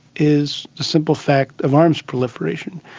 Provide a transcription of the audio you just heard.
is the simple fact of arms proliferation,